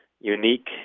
unique